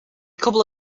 couple